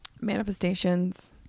manifestations